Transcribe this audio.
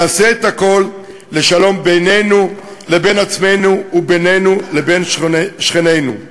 נעשה את הכול לשלום בינינו לבין עצמנו ובינינו לבין שכנינו.